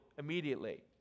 immediately